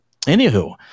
Anywho